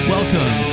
Welcome